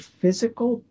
physical